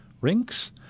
rinks